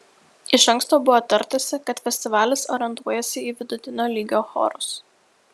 iš anksto buvo tartasi kad festivalis orientuojasi į vidutinio lygio chorus